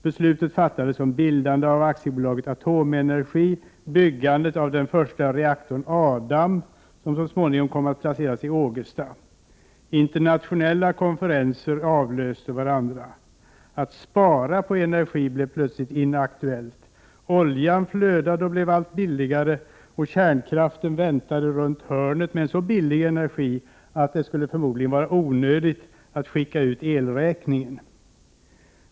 Beslut fattades om bildandet av AB Atomenergi och byggandet av den första reaktorn, Adam, som så småningom kom att placeras i Ågesta. Internationella konferenser avlöste varandra. Att spara på energi blev plötsligt inaktuellt. Oljan flödade och blev allt billigare. Kärnkraften väntade runt hörnet med så billig energi att det förmodligen skulle vara onödigt att skicka ut elräkningar.